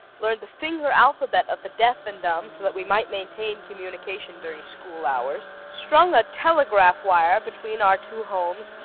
learned the finger alphabet of the deaf and dumb so that we might maintain communication during school hours, strung a telegraph wire between our two homes,